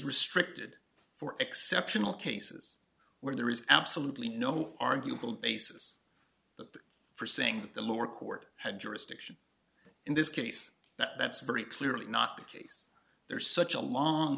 restricted for exceptional cases where there is absolutely no arguable basis for saying that the lower court had jurisdiction in this case that's very clearly not the case there is such a long